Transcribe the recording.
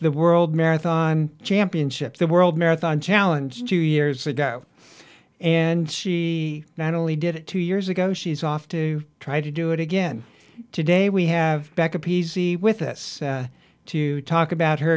the world marathon championships the world marathon challenge in two years ago and she not only did it two years ago she's off to try to do it again today we have back a p c with us to talk about her